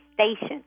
station